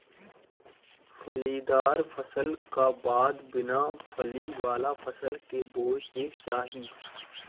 फलीदार फसल का बाद बिना फली वाला फसल के बोए के चाही